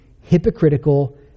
hypocritical